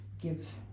give